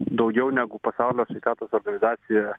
daugiau negu pasaulio sveikatos organizacija